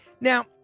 Now